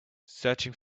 searching